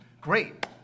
Great